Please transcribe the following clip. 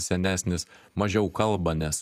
senesnis mažiau kalba nes